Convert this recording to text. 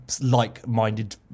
Like-minded